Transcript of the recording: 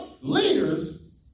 leaders